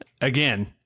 again